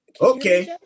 Okay